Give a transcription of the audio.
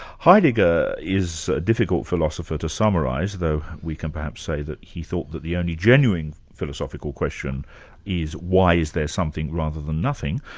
heidegger is a difficult philosopher to summarise, though we can perhaps say that he thought that the only genuine philosophical question is why is there something rather than nothing?